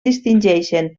distingeixen